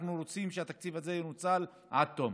אנחנו רוצים שהתקציב הזה ינוצל עד תום.